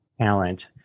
talent